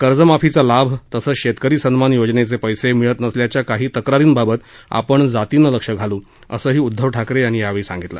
कर्जमाफीचा लाभ तसंच शेतकरी सन्मान योजनेचे पैसे मिळत नसल्याच्या काही तक्रारींबाबत आपण जातीनं लक्ष घालू असंही ठाकरे यांनी यावेळी सांगितलं